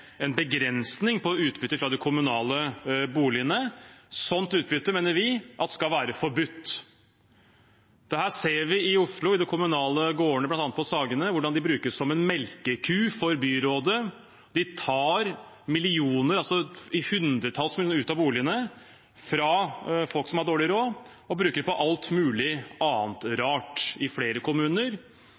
en begrensning på utbytte fra de kommunale boligene. Sånt utbytte mener vi skal være forbudt. Vi ser hvordan de kommunale gårdene i Oslo, bl.a. på Sagene, brukes som en melkeku for byrådet. De tar millioner, hundretalls millioner, ut fra boligene, fra folk som har dårlig råd, og bruker til alt mulig annet rart – i flere kommuner.